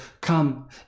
come